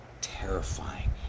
terrifying